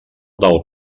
del